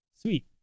Sweet